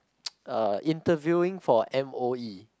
uh interviewing for m_o_e